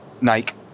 Nike